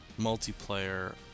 multiplayer